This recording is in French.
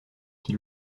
qui